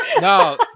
No